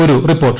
ഒരു റിപ്പോർട്ട്